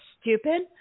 stupid